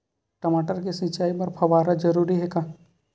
टमाटर के सिंचाई बर फव्वारा जरूरी हे का?